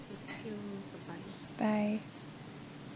bye